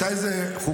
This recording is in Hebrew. מתי זה חוקק?